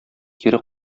кире